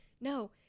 No